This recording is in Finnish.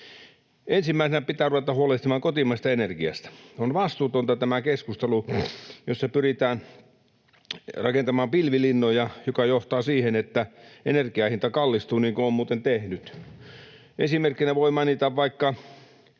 Ensimmäisenä pitää ruveta huolehtimaan kotimaisesta energiasta. On vastuutonta tämä keskustelu, jossa pyritään rakentamaan pilvilinnoja, mikä johtaa siihen, että energian hinta kallistuu, niin kuin on muuten tehnyt. Esimerkkinä voi mainita vaikka